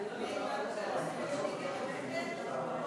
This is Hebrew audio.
אדוני,